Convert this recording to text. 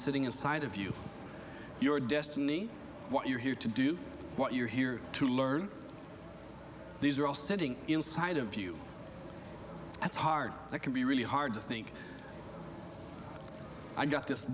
sitting inside of you your destiny what you're here to do what you're here to learn these are all sitting inside of you as hard as i can be really hard to think i got this